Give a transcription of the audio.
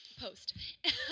Post